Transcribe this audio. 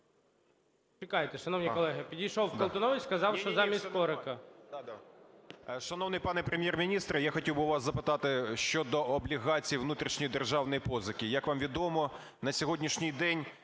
Чекайте, шановні колеги. Підійшов Колтунович, сказав, що замість Скорика.